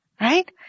right